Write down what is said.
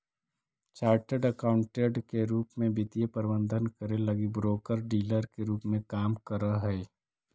chartered accountant के रूप में वे वित्तीय प्रबंधन करे लगी ब्रोकर डीलर के रूप में काम करऽ हई